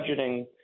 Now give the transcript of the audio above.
budgeting